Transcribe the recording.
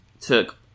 took